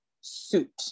suit